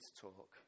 talk